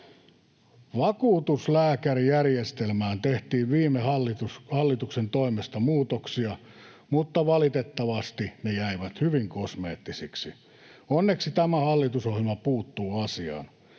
Vakuutuslääkärijärjestelmään tehtiin viime hallituksen toimesta muutoksia, mutta valitettavasti ne jäivät hyvin kosmeettisiksi. Onneksi tämä hallitusohjelma puuttuu asiaan.